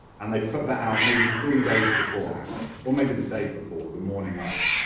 and they put that out maybe three days beforehand or maybe the day before, the morning of,